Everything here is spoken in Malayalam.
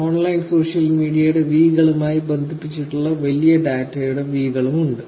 ഓൺലൈൻ സോഷ്യൽ മീഡിയയുടെ വി കളുമായി ബന്ധിപ്പിച്ചിട്ടുള്ള വലിയ ഡാറ്റയുടെ വി കളും ഉണ്ട്